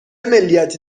ملیتی